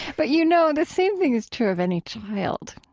but, you know, the same thing is true of any child,